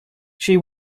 she